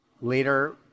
Later